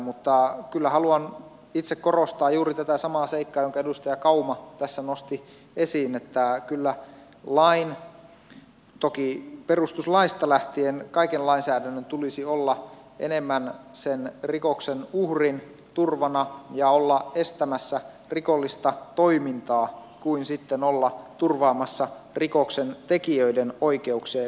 mutta kyllä haluan itse korostaa juuri tätä samaa seikkaa jonka edustaja kauma tässä nosti esiin että kyllä lain toki perustuslaista lähtien kaiken lainsäädännön tulisi olla enemmän sen rikoksen uhrin turvana ja olla estämässä rikollista toimintaa kuin olla turvaamassa rikoksentekijöiden oikeuksia